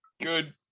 good